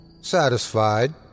Satisfied